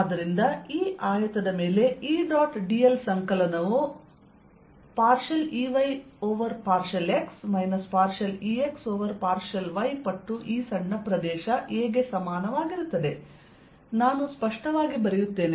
ಆದ್ದರಿಂದ ಈ ಆಯತದ ಮೇಲೆ E ಡಾಟ್ dl ಸಂಕಲನವು EY∂X EX∂y ಪಟ್ಟು ಈ ಸಣ್ಣ ಪ್ರದೇಶ A ಗೆ ಸಮಾನವಾಗಿರುತ್ತದೆ ನಾನು ಸ್ಪಷ್ಟವಾಗಿ ಬರೆಯುತ್ತೇನೆ